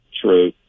True